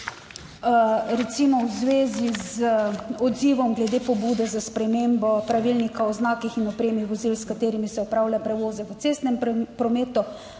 recimo v zvezi z odzivom glede pobude za spremembo pravilnika o znakih in opremi vozil, s katerimi se opravlja prevoze v cestnem prometu.